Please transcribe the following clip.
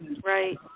Right